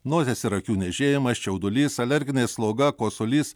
nosies ir akių niežėjimas čiaudulys alerginė sloga kosulys